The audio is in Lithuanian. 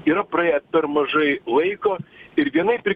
yra praėję per mažai laiko ir vienaip ir